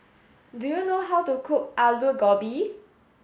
do you know how to cook Aloo Gobi